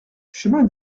chemin